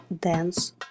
dance